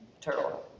turtle